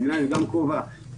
למדינה יש גם כובע כרגולטור,